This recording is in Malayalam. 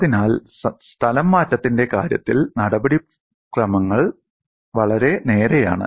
അതിനാൽ സ്ഥലംമാറ്റത്തിന്റെ കാര്യത്തിൽ നടപടിക്രമങ്ങൾ വളരെ നേരെയാണ്